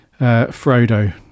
Frodo